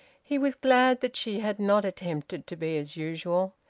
he was glad that she had not attempted to be as usual.